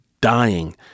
dying